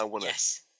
Yes